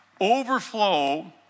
overflow